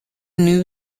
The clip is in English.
new